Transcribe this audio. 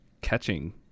catching